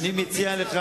אני מציע לך